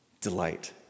Delight